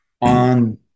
on